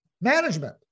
management